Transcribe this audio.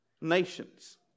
nations